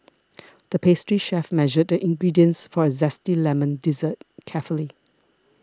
the pastry chef measured the ingredients for a Zesty Lemon Dessert carefully